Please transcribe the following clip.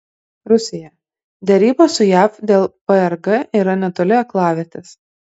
rusija derybos su jav dėl prg yra netoli aklavietės